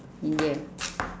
india